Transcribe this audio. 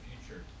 future